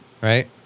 Right